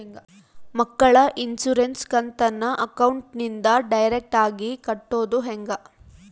ಮಕ್ಕಳ ಇನ್ಸುರೆನ್ಸ್ ಕಂತನ್ನ ಅಕೌಂಟಿಂದ ಡೈರೆಕ್ಟಾಗಿ ಕಟ್ಟೋದು ಹೆಂಗ?